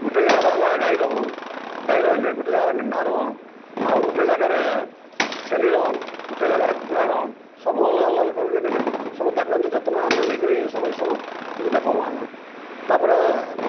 ଗୋଟେ ଜାଗାରେ ହେଲା ଗାଈ ରହୁ ଗାଈ ରହିଲେ ଗୋଟେ ଜାଗାରେ ମେଣ୍ଢା ରହନ୍ ଆଉ ଗୋଟେ ଜାଗାରେ ଛେଲି ରହନ୍ ଗୋଟେ ଜାଗାରେ କୁକୁଡ଼ା ରହନ ସବୁ ଅଲଗା ଅଲଗା କରିକରି ସବୁ ତାକୁ ଏମିତି ଯତ୍ନ ଆମେ ନେଇକିରି ସବୁ ଏସବୁ ଏଇଟା କରୁ ଆମେ ତାପରେ